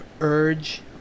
urge